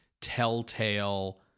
telltale